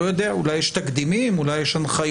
אני לא יודע, אולי יש תקדימים, אולי יש הנחיות?